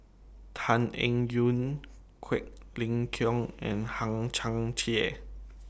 Tan Eng Yoon Quek Ling Kiong and Hang Chang Chieh